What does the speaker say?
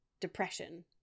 depression